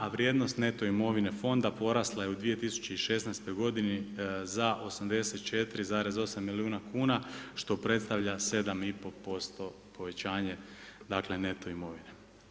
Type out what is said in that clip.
A vrijednost neto imovine fonda porasla je u 2016. g. za 84,8 milijuna kuna, što predstavlja 7,5% povećanje neto imovine.